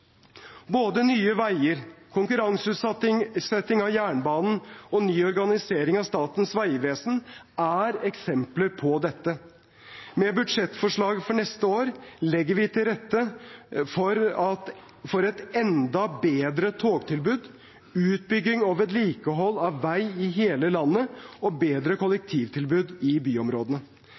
Både Nye Veier, konkurranseutsetting av jernbanen og ny organisering av Statens vegvesen er eksempler på dette. Med budsjettforslaget for neste år legger vi til rette for et enda bedre togtilbud, utbygging og vedlikehold av vei i hele landet og bedre kollektivtilbud i byområdene.